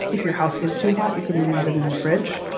if your house is too hot, you can leave it in the fridge.